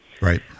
Right